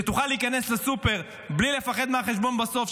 שתוכל להיכנס לסופר בלי לפחד מהחשבון בסוף,